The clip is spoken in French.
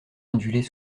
ondulait